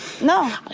No